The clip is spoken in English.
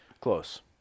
Close